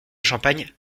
champagne